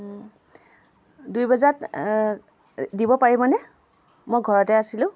দুই বজাত দিব পাৰিবনে মই ঘৰতে আছিলোঁ